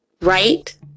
right